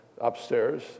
upstairs